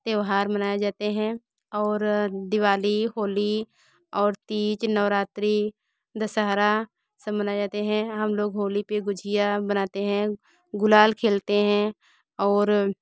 त्यौहार मनाए जाते हैं और दिवाली होली और तीज नवरात्रि दशहरा सब मनाए जाते हैं लोग होली पर गुजिया बनाते हैं गुलाल खेलते हैं और